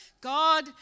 God